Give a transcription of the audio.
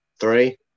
Three